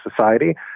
society